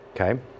Okay